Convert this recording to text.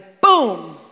boom